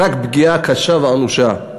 רק פגיעה קשה ואנושה.